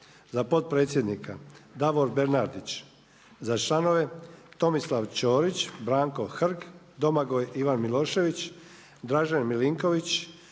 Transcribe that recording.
za potpredsjednika Davor Bernardić, za članove Tomislav Ćorić, Branko Hrg, Domagoj Ivan Milošević, Dražen Milinković,